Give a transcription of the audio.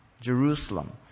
Jerusalem